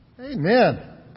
Amen